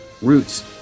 roots